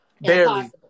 barely